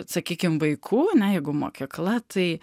sakykim vaikų ane jeigu mokykla tai